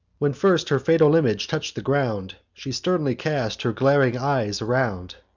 when first her fatal image touch'd the ground, she sternly cast her glaring eyes around,